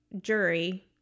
jury